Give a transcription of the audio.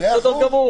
זה בסדר גמור.